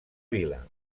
vila